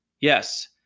Yes